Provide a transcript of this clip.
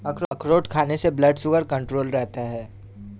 अखरोट खाने से ब्लड शुगर कण्ट्रोल रहता है